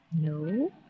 No